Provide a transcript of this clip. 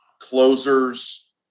closers